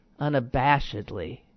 unabashedly